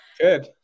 good